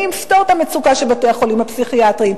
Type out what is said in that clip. אני אפתור את המצוקה של בתי-החולים הפסיכיאטריים,